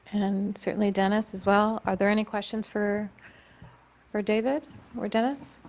and certainly dennis as well. are there any questions for for david or dennis?